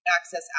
access